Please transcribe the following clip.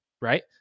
right